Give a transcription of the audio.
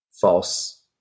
false